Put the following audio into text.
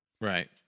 Right